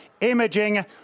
Imaging